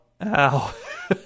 ow